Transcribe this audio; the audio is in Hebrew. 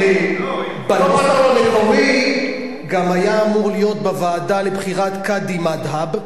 בנוסח המקורי גם היה אמור להיות בוועדה לבחירת קאדים מד'הב,